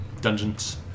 dungeons